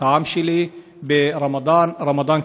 את העם שלי ברמדאן כרים.